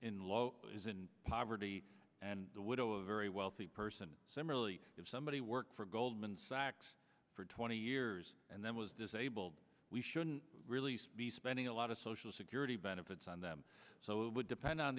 law is in poverty and the widow of a very wealthy person similarly if somebody worked for goldman sachs for twenty years and then was disabled we shouldn't really be spending a lot of social security benefits on them so it would depend on